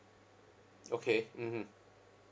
okay mmhmm